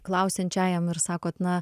klausiančiąjam ir sakot na